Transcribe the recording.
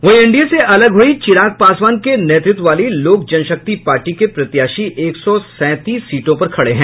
वहीं एनडीए से अलग हुई चिराग पासवान के नेतृत्व वाली लोक जनशक्ति पार्टी के प्रत्याशी एक सौ सैंतीस सीटों पर खड़े हैं